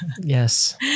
Yes